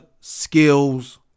Skills